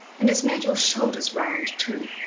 and it's made your shoulders round, too.